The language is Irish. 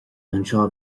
anseo